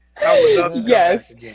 Yes